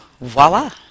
voila